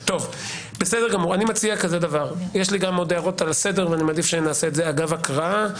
אני מציע יש לי עוד הערות לסדר ואני מעדיף שנעשה זאת אגב הקראה.